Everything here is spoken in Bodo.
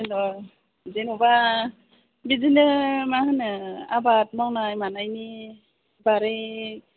हेल' जेनेबा बिदिनो मा होनो आबाद मावनाय मानायनि बारै